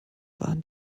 waren